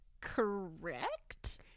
Correct